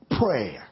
prayer